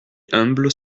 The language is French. humbles